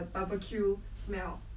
oh sounds good though